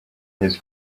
his